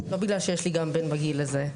לא בגלל שיש לי גם בן בגיל הזה,